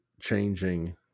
changing